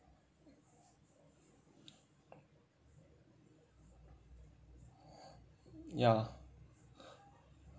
ya